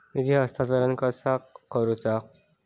निधी हस्तांतरण कसा करुचा?